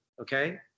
Okay